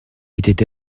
était